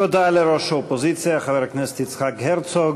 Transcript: תודה לראש האופוזיציה חבר הכנסת יצחק הרצוג.